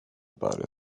about